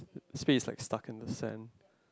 the spade is like stucked in the sand